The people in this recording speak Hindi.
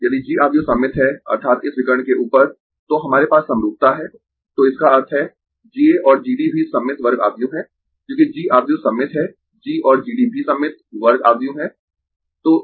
यदि G आव्यूह सममित है अर्थात् इस विकर्ण के ऊपर तो हमारे पास समरूपता है तो इसका अर्थ है G A और G D भी सममित वर्ग आव्यूह है क्योंकि G आव्यूह सममित है G और G D भी सममित वर्ग आव्यूह है